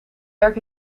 werk